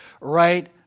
right